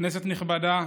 כנסת נכבדה,